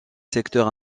secteurs